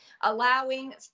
allowing